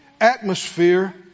Atmosphere